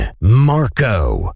Marco